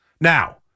Now